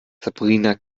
sabrina